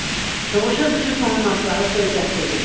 سُہ وٕچھو سُہ چھِ تُہُنٛد مسلہٕ حظ تُہۍ کیٛاہ کٔرِو